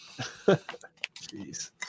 Jeez